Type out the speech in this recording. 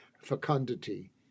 fecundity